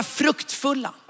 fruktfulla